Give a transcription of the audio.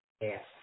Yes